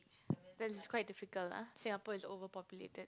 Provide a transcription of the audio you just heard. cause it's quite difficult lah Singapore is overpopulated